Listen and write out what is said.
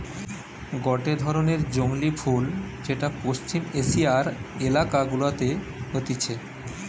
গটে ধরণের জংলী ফুল যেটা পশ্চিম এশিয়ার এলাকা গুলাতে হতিছে